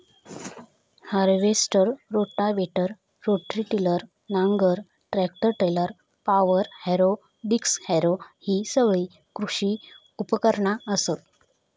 harvester, rotavator, rotary tiller, नांगर, tractor trailer, power harrow, disc harrow हि सगळी कृषी उपकरणा असत